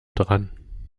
dran